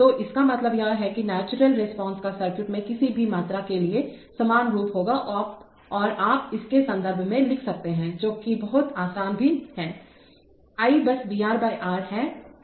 तो इसका मतलब यह है कि नेचुरल रिस्पांस का सर्किट में किसी भी मात्रा के लिए समान रूप होगा और आप इसेके संदर्भ में भी लिख सकते हैं जो कि बहुत आसान भी है I बस VR R है